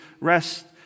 rest